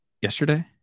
yesterday